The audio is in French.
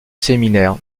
séminaire